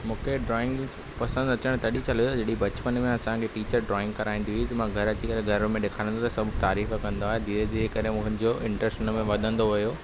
मूंखे ड्राइंग पसंदि अचनि तॾहिं चल जॾहिं बचपन में असांखे टीचर ड्राइंग कराईंदी हुई त मां घरु अची करे घरु में ॾिखाणनि सां सभु तारीफ़ कंदा हुआ धीरे धीरे करे मुंहिजो इंटरेस्ट हिन में वधंदो वियो